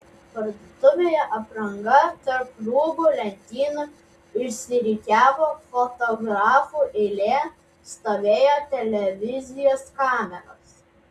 parduotuvėje apranga tarp rūbų lentynų išsirikiavo fotografų eilė stovėjo televizijos kameros